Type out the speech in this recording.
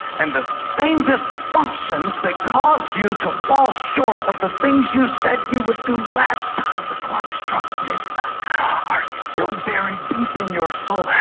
and the same dysfunctions that caused you to fall short of the things you said you would do last time the clock struck midnight are still buried deep in your soul.